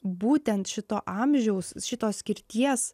būtent šito amžiaus šitos skirties